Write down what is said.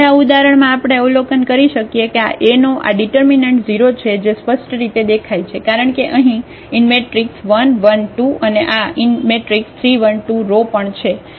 હવે આ ઉદાહરણમાં આપણે અવલોકન કરી શકીએ કે આ A નો આ ડિટર્મિનન્ટ 0 છે જે સ્પષ્ટ રીતે દેખાય છે કારણ કે અહીં 1 1 2 અને આ 3 1 2 રો પણ છે